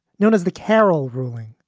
known as the karyl ruling,